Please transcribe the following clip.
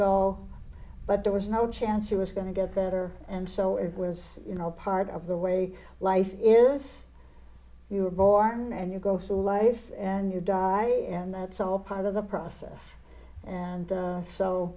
go but there was no chance he was going to get better and so it was you know part of the way life is you were born and you go through life and you die and that's all part of the process and